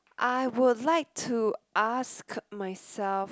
I would like to ask myself